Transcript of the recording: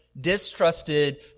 distrusted